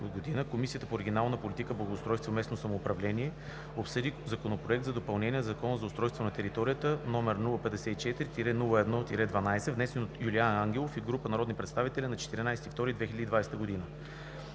Комисията по регионална политика, благоустройство и местно самоуправление обсъди Законопроект за допълнение на Закона за устройство на територията, № 054-01-12, внесен от Юлиан Ангелов и група народни представители на 14 февруари